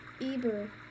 Eber